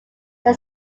they